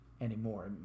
anymore